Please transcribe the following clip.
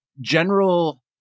general